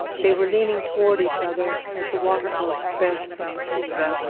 they were leaning toward each other as the wateroaks bent from the sea.